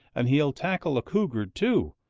and he'll tackle a cougar too,